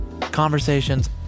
conversations